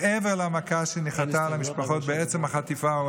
מעבר למכה שנחתה על המשפחות בעצם החטיפה או